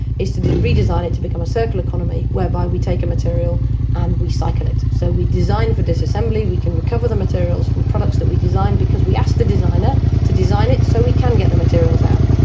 is to to redesign it to become a circular economy whereby we take a material and we cycle it. so we design for disassembly, we can recover the materials from products that we designed because we asked the designer to design it so we can get the materials out.